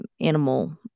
animal